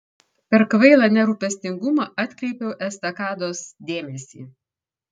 per kvailą nerūpestingumą atkreipiau estakados dėmesį